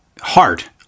heart